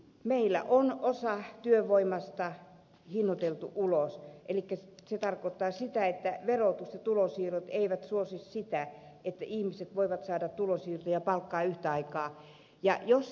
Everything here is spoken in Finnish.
meillä on osa työvoimasta hinnoiteltu ulos elikkä se tarkoittaa sitä että verotus ja tulonsiirrot eivät suosi sitä että ihmiset voivat saada tulonsiirtoja ja palkkaa yhtä aikaa